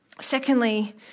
Secondly